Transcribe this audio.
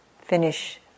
finish